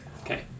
Okay